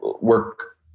work